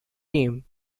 team